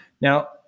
Now